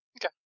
Okay